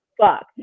fuck